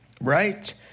right